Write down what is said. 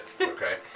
Okay